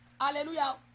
Hallelujah